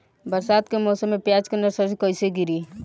बरसात के मौसम में प्याज के नर्सरी कैसे गिरी?